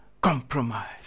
compromise